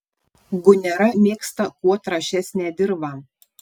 gunera mėgsta kuo trąšesnę dirvą